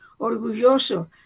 orgulloso